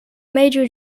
major